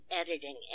editing